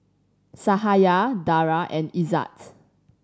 Cahaya Dara and Izzat